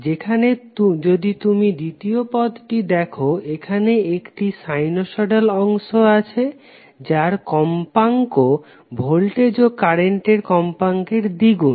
যেখানে যদি তুমি দ্বিতীয় পদটি দেখো এখানে একটি সাইনোসইডাল অংশ আছে যার কম্পাঙ্ক ভোল্টেজ ও কারেন্টের কম্পাঙ্কের দ্বিগুণ